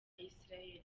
israel